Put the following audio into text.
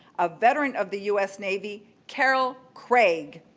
a veteran of the us navy, carol craig.